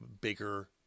bigger